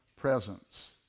presence